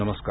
नमस्कार